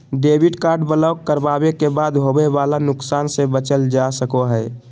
debit card block करावे के बाद होवे वाला नुकसान से बचल जा सको हय